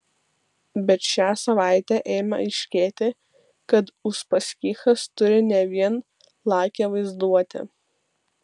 bet šią savaitę ėmė aiškėti kad uspaskichas turi ne vien lakią vaizduotę